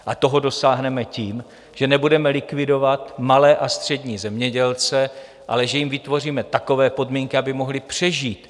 A toho dosáhneme tím, že nebudeme likvidovat malé a střední zemědělce, ale že jim vytvoříme takové podmínky, aby mohli přežít.